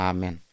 Amen